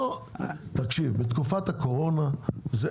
בתקופת הקורונה זה